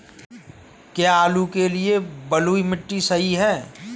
क्या आलू के लिए बलुई मिट्टी सही है?